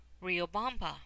Riobamba